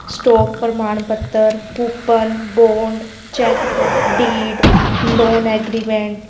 stock ਪ੍ਰਮਾਣ ਪੱਤਰ coupon bond cheque deed loan agreement